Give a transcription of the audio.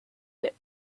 whip